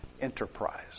enterprise